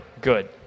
good